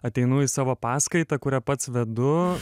ateinu į savo paskaitą kurią pats vedu